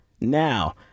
now